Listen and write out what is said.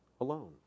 alone